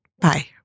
Bye